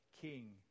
King